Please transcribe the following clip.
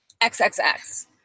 XXX